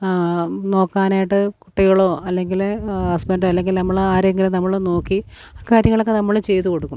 നോക്കാനായിട്ട് കുട്ടികളോ അല്ലെങ്കിൽ ഹസ്ബൻ്റോ അല്ലെങ്കിൽ നമ്മൾ ആരെയെങ്കിലും നമ്മൾ നോക്കി ആ കാര്യങ്ങളൊക്കെ നമ്മൾ ചെയ്തുകൊടുക്കും